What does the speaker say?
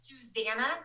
Susanna